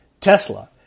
Tesla